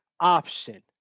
option